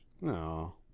No